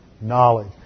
knowledge